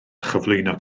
chyflwyno